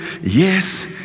yes